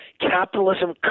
capitalism